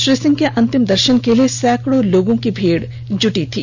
श्रीसिंह के अंतिम दर्शन के लिए सैकड़ों लोगों की भीड़ जुटी थी